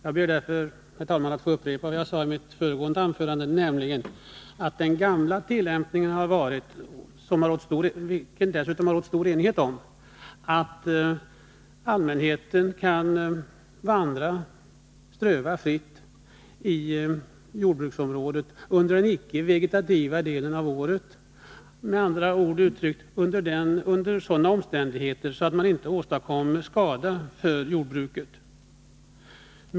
Jag ber därför, herr talman, att få upprepa det jag sade i mitt föregående anförande, nämligen att den tidigare tillämpningen — om vilken det dessutom har rått stor enighet — har inneburit att allmänheten kan vandra fritt inom jordbruksområdet under den icke vegetativa delen av året. Med andra ord uttryckt kan allmänheten göra det under sådana omständigheter att man inte åstadkommer skada för jordbruket.